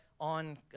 on